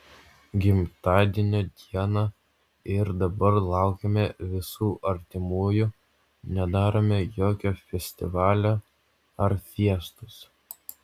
gimtadienio dieną ir dabar laukiame visų artimųjų nedarome jokio festivalio ar fiestos